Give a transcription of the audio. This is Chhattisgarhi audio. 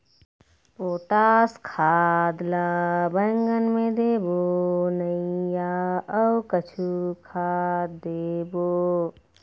पोटास खाद ला बैंगन मे देबो नई या अऊ कुछू खाद देबो?